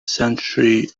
century